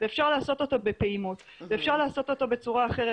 אפשר לעשות אותו בפעימות ואפשר לעשות אותו בצורה אחרת.